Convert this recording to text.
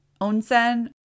onsen